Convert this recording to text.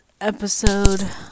episode